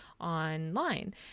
online